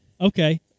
okay